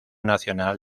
nacional